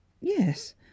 yes